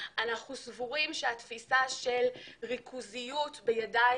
אנחנו סבורים שהתפיסה של ריכוזיות בידיים